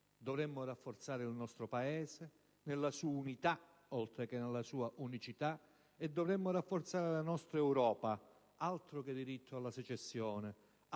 Dovremmo rafforzare il nostro Paese nella sua unità oltre che nella sua unicità, e dovremmo rafforzare la nostra Europa. Altro che diritto alla secessione, altro che quote latte o